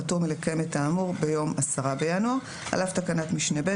פטור מלקיים את האמור ביום 10 בינואר 2022. (ה) על אף תקנת משנה (ב),